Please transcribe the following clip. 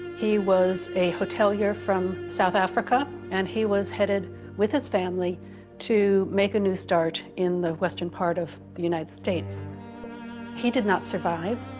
he was a hotelier from south africa and he was headed with his family to make a new start in the western part of the united states he did not survive